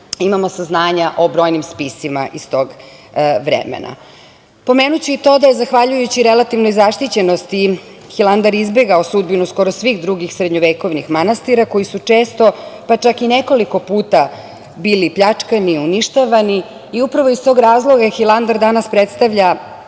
imamo saznanja o brojnim spisima iz tog vremena. Pomenuću i to da je zahvaljujući relativnoj zaštićenosti Hilandar izbegao sudbinu skoro svih drugih srednjevekovnih manastira koji su često, pa čak i nekoliko puta bili pljačkani, uništavani i upravo iz tog razloga Hilandar danas predstavlja,